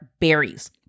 berries